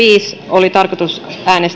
oli tarkoitus